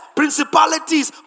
principalities